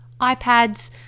iPads